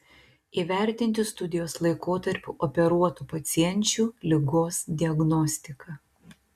įvertinti studijos laikotarpiu operuotų pacienčių ligos diagnostiką